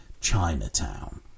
Chinatown